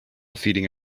feeding